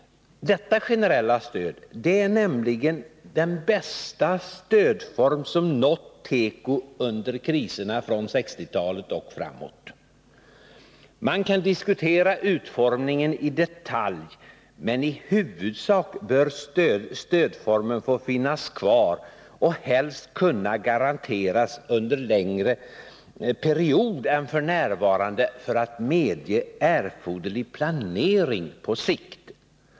Detta generella stöd är nämligen den bästa stödform som nått teko under kriserna från 1960-talet och framåt. Man kan diskutera utformningen i detalj, men i huvudsak bör stödformen få finnas kvar och helst kunna garanteras under längre period än f.n. för att medge erforderlig planering på sikt.